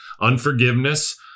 unforgiveness